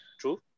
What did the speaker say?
true